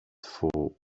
två